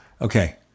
Okay